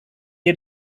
had